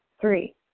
Three